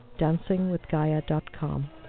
dancingwithgaia.com